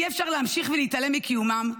אי-אפשר להמשיך ולהתעלם מקיומם,